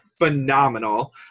phenomenal